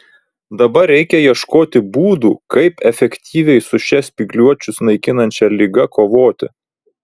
dabar reikia ieškoti būdų kaip efektyviai su šia spygliuočius naikinančia liga kovoti